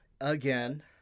again